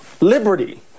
Liberty